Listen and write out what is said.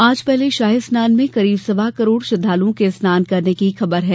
आज पहले शाही स्नान में करीब सवा करोड़ श्रद्वालुओं के स्नान करने की खबर है